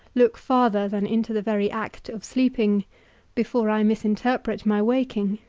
look farther than into the very act of sleeping before i misinterpret my waking